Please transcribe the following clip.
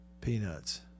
peanuts